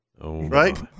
right